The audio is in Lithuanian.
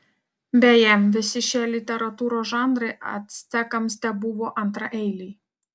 beje visi šie literatūros žanrai actekams tebuvo antraeiliai